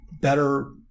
better